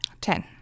Ten